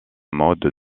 mode